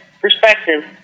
perspective